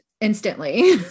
instantly